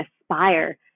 aspire